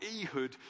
Ehud